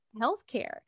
healthcare